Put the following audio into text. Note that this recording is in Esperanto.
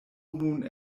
nun